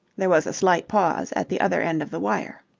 there was a slight pause at the other end of the wire.